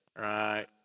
right